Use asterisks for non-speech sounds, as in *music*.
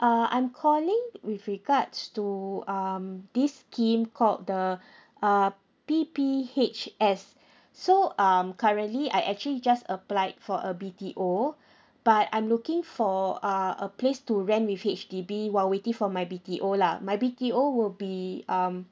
uh I'm calling with regards to um this scheme called the *breath* uh P_P_H_S so um currently I actually just applied for a B_T_O but I'm looking for uh a place to rent with H_D_B while waiting for my B_T_O lah my B_T_O will be um